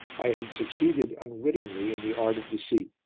i had succeeded, unwittingly, in the art of deceit.